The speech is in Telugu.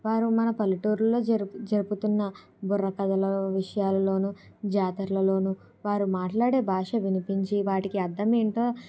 వారు మన పల్లెటూర్లలో జరుపు జరుపుతున్న బుర్రకథలో విషయాలలోనూ జాతర్లలోను వారు మాట్లాడే భాష వినిపించి వారికి అర్థమేంటో